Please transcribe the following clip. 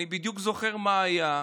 אני בדיוק זוכר מה היה,